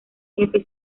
jefe